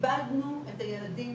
איבדנו את הילדים